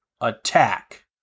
attack